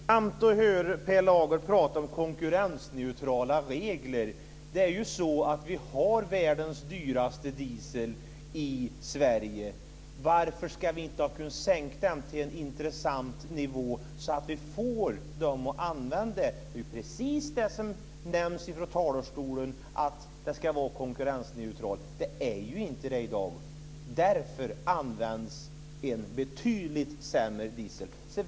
Fru talman! Det är intressant att höra Per Lager prata om konkurrensneutrala regler. Vi har ju världens dyraste diesel i Sverige. Varför skulle vi inte kunna sänka den till en intressant nivå, så att vi får dem att använda den? Det är precis det som nämns från talarstolen, att det ska vara konkurrensneutralt. Det är ju inte det i dag. Därför används en betydligt sämre diesel.